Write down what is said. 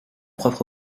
propre